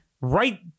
right